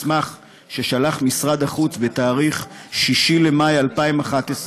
מסמך ששלח משרד החוץ בתאריך 6 במאי 2011,